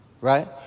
right